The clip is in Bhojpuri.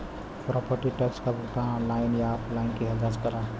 प्रॉपर्टी टैक्स क भुगतान ऑनलाइन या ऑफलाइन किहल जा सकला